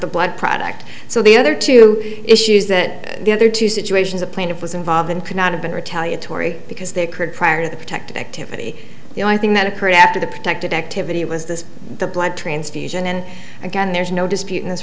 the blood product so the other two issues that the other two situations a plaintiff was involved in could not have been retaliate torrie because they occurred prior to the protective activity the only thing that occurred after the protected activity was this the blood transfusion and again there's no dispute in this